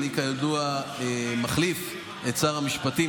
אני כידוע מחליף את שר המשפטים,